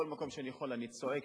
בכל מקום שאני יכול אני צועק,